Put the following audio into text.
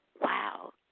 wow